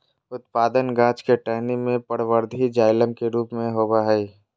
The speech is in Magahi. उत्पादन गाछ के टहनी में परवर्धी जाइलम के रूप में होबय हइ